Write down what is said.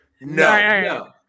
No